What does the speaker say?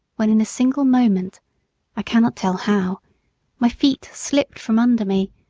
when in a single moment i cannot tell how my feet slipped from under me,